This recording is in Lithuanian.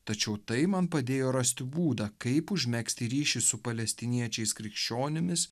tačiau tai man padėjo rasti būdą kaip užmegzti ryšį su palestiniečiais krikščionimis